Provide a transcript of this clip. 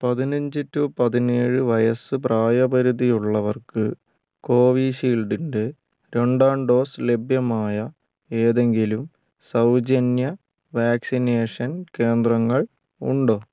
പതിനഞ്ച് ടു പതിനേഴ് വയസ്സ് പ്രായപരിധിയുള്ളവർക്ക് കോവിഷീൽഡിൻ്റെ രണ്ടാം ഡോസ് ലഭ്യമായ ഏതെങ്കിലും സൗജന്യ വാക്സിനേഷൻ കേന്ദ്രങ്ങൾ ഉണ്ടോ